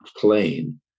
plain